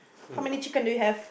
how many chicken do you have